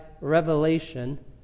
revelation